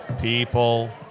people